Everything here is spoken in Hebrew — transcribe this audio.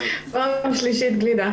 אני אחדד עוד חידוד אחד